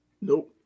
Nope